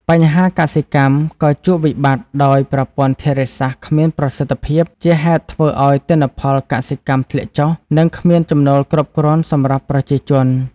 បញ្ជាកសិកម្ម ក៏ជួបវិបត្តិដោយប្រព័ន្ធធារាសាស្រ្តគ្មានប្រសិទ្ឋភាព ជាហេតុធ្វើឲ្យទិន្នផលកសិកម្មធ្លាក់ចុះ និងគ្មានចំណូលគ្រប់គ្រាន់សម្រាប់ប្រជាជន។